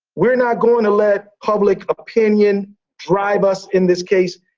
we're not going to let public opinion drive us in this case.